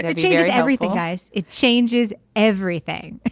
ah cheers everything guys. it changes everything